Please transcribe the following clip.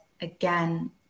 again